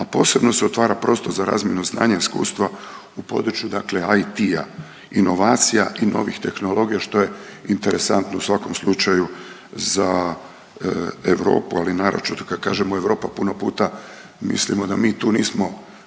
a posebno se otvara prostor za razmjenu znanja, iskustva u području IT-a inovacija i novih tehnologija što je interesantno u svakom slučaju za Europu, ali naročito kad kažemo Europa puno puta mislimo da mi tu nismo,